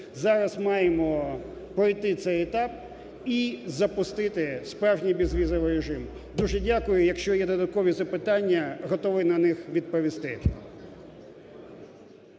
зараз маємо пройти цей етап і запустити справжній безвізовий режим. Дякую. Якщо є додаткові запитання, готовий на них відповісти.